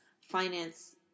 finance